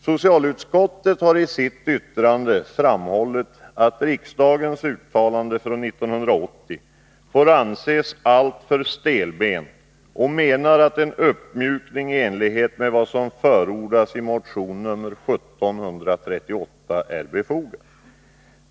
Socialutskottet har i sitt yttrande framhållit att riksdagens uttalande från 1980 får anses alltför stelbent och menar att en uppmjukning i enlighet med vad som förordas i motion nr 1738 är befogad.